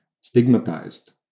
stigmatized